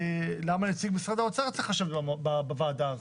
למה נציג משרד האוצר צריך לשבת בוועדה הזאת?